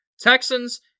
Texans